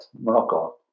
Morocco